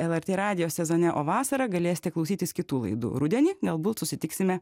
lrt radijo sezone o vasarą galėsite klausytis kitų laidų rudenį galbūt susitiksime